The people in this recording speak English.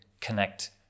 connect